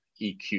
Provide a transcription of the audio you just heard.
EQ